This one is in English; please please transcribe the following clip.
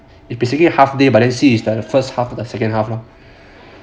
it's basically half day but then see if is the first half or the second half lor